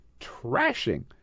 trashing